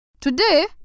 Today